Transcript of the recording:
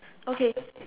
okay